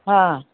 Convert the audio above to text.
ହଁ